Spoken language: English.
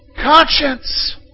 conscience